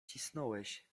cisnąłeś